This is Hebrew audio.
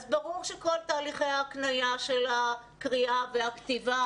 אז ברור שכל תהליכי ההקניה של הקריאה והכתיבה,